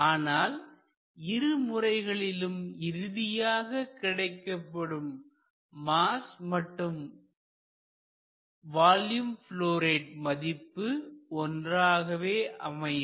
ஆனால் இரு முறைகளிலும் இறுதியாக கிடைக்கப்பெறும் மாஸ் மற்றும் வால்யூம் ப்லொ ரேட் மதிப்பு ஒன்றாகவே அமையும்